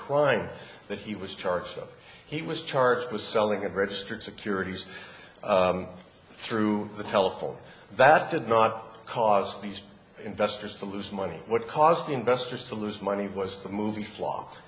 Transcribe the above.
crime that he was charged up he was charged with selling a very strict securities through the telephone that did not cause these investors to lose money what caused investors to lose money was the movie fl